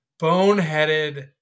boneheaded